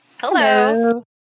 Hello